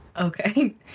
Okay